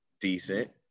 decent